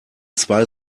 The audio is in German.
zwei